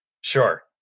Sure